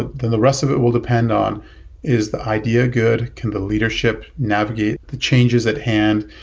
ah the the rest of it will depend on is the idea good? can the leadership navigate the changes at hand?